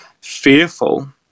fearful